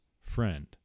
friend